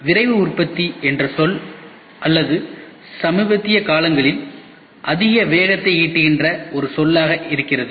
விரைவு உற்பத்தி என்ற சொல் அல்லது சமீபத்திய காலங்களில் அதிக வேகத்தை ஈட்டுகின்ற ஒரு உருவாக்கப்பட்ட சொல்லாக இருக்கிறது